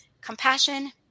compassion